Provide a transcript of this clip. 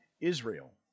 Israel